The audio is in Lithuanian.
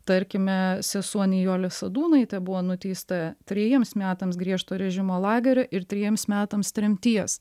tarkime sesuo nijolė sadūnaitė buvo nuteista trejiems metams griežto režimo lagerio ir trejiems metams tremties